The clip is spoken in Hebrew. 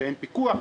שאין פיקוח,